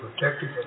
protected